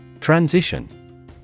Transition